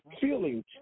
feeling